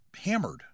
hammered